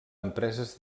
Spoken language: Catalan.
empreses